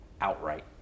outright